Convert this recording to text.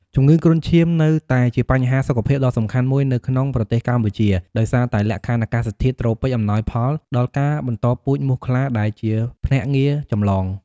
ជំងឺគ្រុនឈាមនៅតែជាបញ្ហាសុខភាពដ៏សំខាន់មួយនៅក្នុងប្រទេសកម្ពុជា ដោយសារតែលក្ខខណ្ឌអាកាសធាតុត្រូពិចអំណោយផលដល់ការបន្តពូជមូសខ្លា ដែលជាភ្នាក់ងារចម្លង។